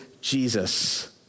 Jesus